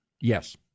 Yes